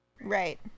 right